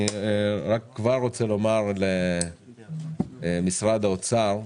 אני כבר רוצה לומר למשרד האוצר,